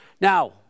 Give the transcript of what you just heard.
Now